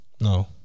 No